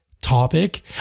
topic